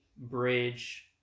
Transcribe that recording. bridge